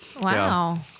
Wow